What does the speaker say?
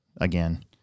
again